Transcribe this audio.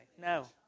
No